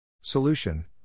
Solution